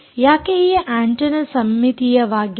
ಯಾಕೆ ಈ ಆಂಟೆನ್ನ ಸಮ್ಮಿತೀಯವಾಗಿಲ್ಲ